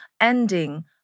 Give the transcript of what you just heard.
ending